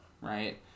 right